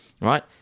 Right